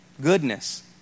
Goodness